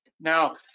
Now